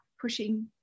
pushing